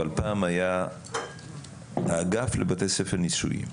אבל פעם היה האגף לבתי ספר ניסויים.